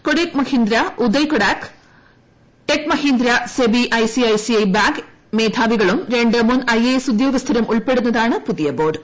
Kotak Mahindra bank Uday Kotak ടെക് Mahindra SEBI ICICI bank മേധാവികളും ര ് മുൻ ഐഎഎസ് ഉദ്യോഗസ്ഥരും ഉൾപ്പെടുന്നതാണ് പുതിയ ബോർഡ്